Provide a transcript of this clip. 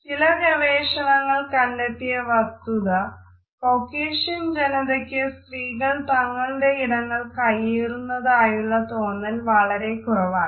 ചില ഗവേഷണങ്ങൾ കണ്ടെത്തിയ വസ്തുത കക്കേഷ്യൻ ജനതയ്ക്ക് സ്ത്രീകൾ തങ്ങളുടെ ഇടങ്ങൾ കൈയ്യേറുന്നതായുള്ള തോന്നൽ വളരെ കുറവാണ്